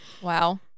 Wow